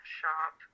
shop